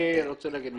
אני רוצה להגיד משהו.